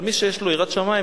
אבל מי שיש לו יראת שמים,